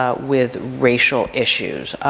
ah with racial issues.